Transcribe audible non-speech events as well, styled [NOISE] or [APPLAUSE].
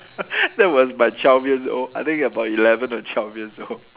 [LAUGHS] that was my twelve years old I think about eleven or twelve years old